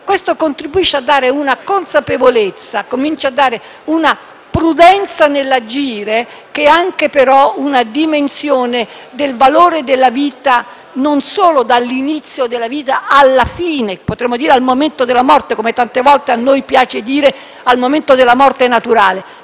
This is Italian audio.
morte, contribuisce a dare una consapevolezza, comincia a dare una prudenza nell'agire che è anche però una dimensione del valore della vita non solo dall'inizio alla fine, potremmo dire al momento della morte naturale, come tante volte a noi piace dire. Questo è un rispetto